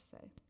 say